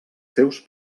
seus